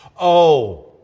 oh,